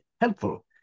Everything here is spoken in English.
helpful